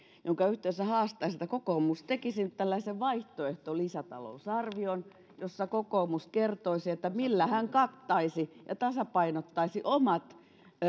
jonka yhteydessä haastaisin että kokoomus tekisi tällaisen vaihtoehtolisätalousarvion jossa kokoomus kertoisi millä se kattaisi ja tasapainottaisi omat